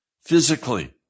physically